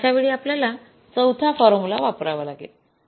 तर अशावेळी आपल्याला चौथा फॉर्म्युला वापरावा लागेल